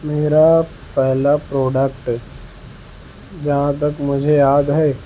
میرا پہلا پروڈکٹ جہاں تک مجھے یاد ہے